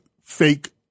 fake